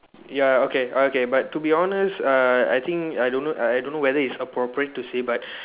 ya okay okay but to be honest uh I think I don't know I don't know whether it's appropriate to say but